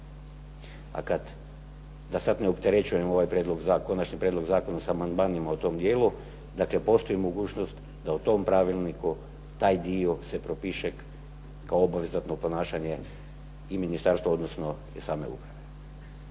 A kada da sada ne opterećujem ovaj Konačni prijedlog zakona sa amandmanima u tom dijelu dakle, postoji mogućnost da u tom Pravilniku taj dio se propiše kao obvezno ponašanje i Ministarstva i same Uprave.